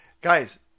guys